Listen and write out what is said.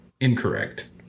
Incorrect